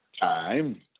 time